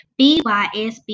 BYSB